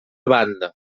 banda